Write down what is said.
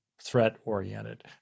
threat-oriented